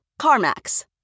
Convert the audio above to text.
CarMax